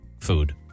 food